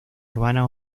urbana